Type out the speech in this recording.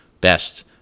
best